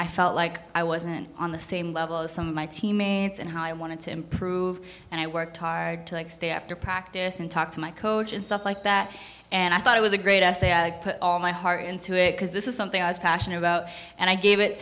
i felt like i wasn't on the same level as some of my teammates and how i wanted to improve and i worked hard to stay after practice and talk to my coach and stuff like that and i thought it was a great essay i put all my heart into it because this is something i was passionate about and i gave it